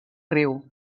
riu